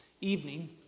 evening